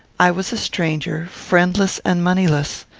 i was a stranger, friendless and moneyless.